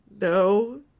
No